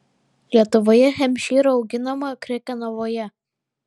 lietuvoje hempšyrų auginama krekenavoje